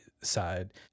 side